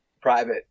private